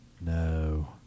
No